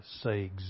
say